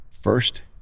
first